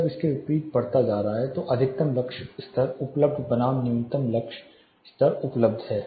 जब इसके विपरीत बढ़ता जा रहा है तो अधिकतम लक्स स्तर उपलब्ध बनाम न्यूनतम लक्स स्तर उपलब्ध है